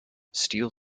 steele